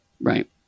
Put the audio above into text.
Right